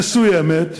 מסוימת,